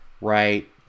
right